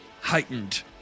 heightened